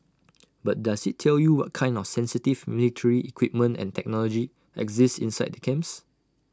but does IT tell you what kind of sensitive military equipment and technology exist inside the camps